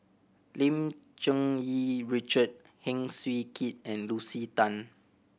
Lim Cherng Yih Richard Heng Swee Keat and Lucy Tan